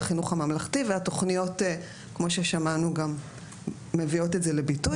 החינוך הממלכתי והתוכניות כמו ששמענו גם מביאות את זה לביטוי.